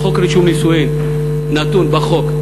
רישום נישואים נתון בחוק,